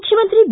ಮುಖ್ಯಮಂತ್ರಿ ಬಿ